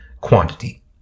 quantity